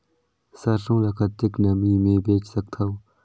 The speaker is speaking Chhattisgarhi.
सरसो ल कतेक नमी मे बेच सकथव?